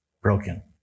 broken